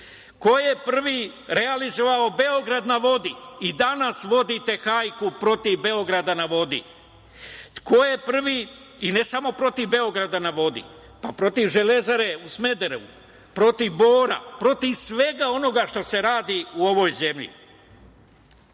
je prvi realizovao „Beograd na vodi“ i danas vodite hajku protiv „Beograda na vodi“? I ne samo protiv „Beograda na vodi“, pa protiv „Železare“ u Smederevu, protiv Bora, protiv svega onoga što se radi u ovoj zemlji. Ko